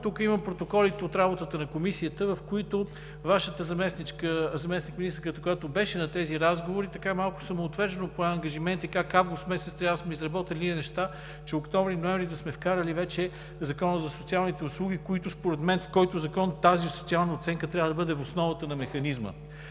тук имам протоколите от работата на Комисията, в които Вашата заместничка, заместник-министърката, която беше на тези разговори, малко самоотвержено пое ангажимент как август месец трябва да сме изработили онези неща, че октомври-ноември да сме вкарали вече Закона за социалните услуги, които, според мен, в който закон тази социална оценка трябва да бъде в основата на механизма.